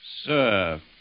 Sir